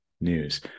news